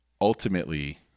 ultimately